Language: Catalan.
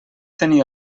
tenir